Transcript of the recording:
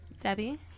Debbie